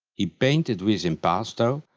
he painted with impasto,